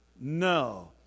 No